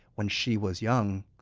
when she was young,